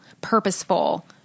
purposeful